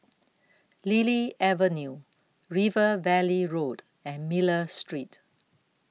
Lily Avenue River Valley Road and Miller Street